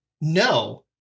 no